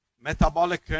Metabolic